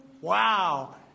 wow